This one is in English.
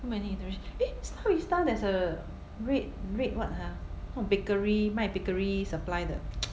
too many eateries eh star vista there's a red red what ha what bakery 卖 bakery supply 的